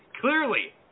Clearly